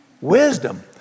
Wisdom